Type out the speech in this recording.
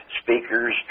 speakers